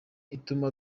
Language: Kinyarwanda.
ituma